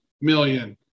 million